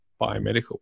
biomedical